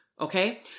Okay